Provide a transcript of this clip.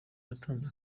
yatanze